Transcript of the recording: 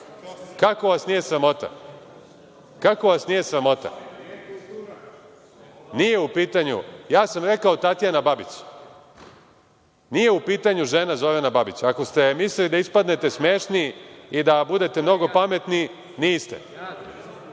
Kako vas nije sramota? Kako vas nije sramota? Rekao sam Tatjana Babić. Nije u pitanju žena Zorana Babića. Ako ste mislili da ispadnete smešni i da budete mnogo pametni. Niste,